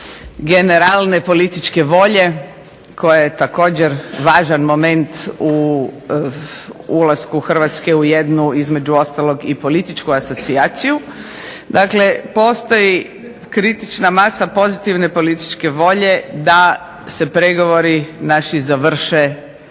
generalne političke volje, koja je također važan moment u ulasku Hrvatske u jednu, između ostalog i političku asocijaciju, dakle postoji kritična masa pozitivne političke volje da se pregovori naši završe